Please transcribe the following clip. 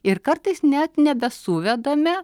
ir kartais net nebesuvedame